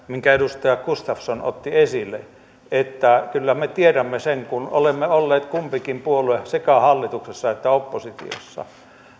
minkä edustaja gustafsson otti esille kyllä me tiedämme sen kun olemme olleet kumpikin puolue sekä hallituksessa että oppositiossa